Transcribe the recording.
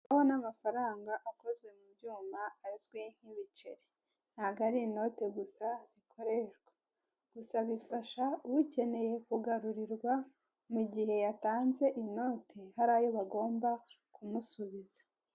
Ni amafaranga akozwe mu byuma azwi nk'ibiceri ntabwo ari inote gusa zikoreshwa, gusa bifasha ukeneye kugarurirwa mu gihe yatanze inoti hari ayo bagomba kumusubiza.